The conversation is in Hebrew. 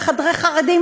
ב"בחדרי חרדים",